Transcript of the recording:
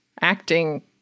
acting